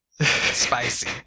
Spicy